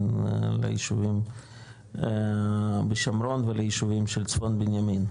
ליישובים בשומרון וליישובים של צפון בנימין,